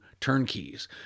turnkeys